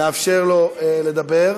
נאפשר לו לדבר.